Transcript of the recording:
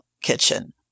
kitchen